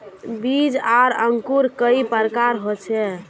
बीज आर अंकूर कई प्रकार होचे?